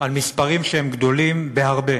על מספרים גדולים בהרבה.